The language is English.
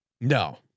No